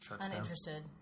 uninterested